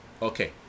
Okay